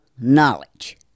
knowledge